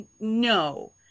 no